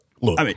Look